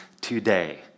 today